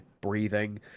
breathing